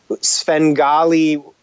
Svengali